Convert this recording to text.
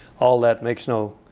all that makes no